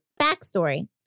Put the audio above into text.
Backstory